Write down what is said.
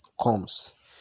comes